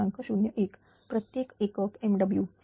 01 प्रत्येक एकक MW